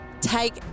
take